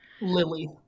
lily